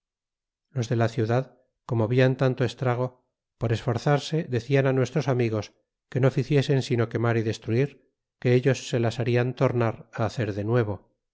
los de la ciudad corno viso tacto estrago por esforzarse dedal a nuestros amigos que no me sen sino quemar y destruir que ello se las harion tornar o hacer de nuevo